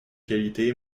qualités